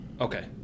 Okay